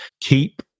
keep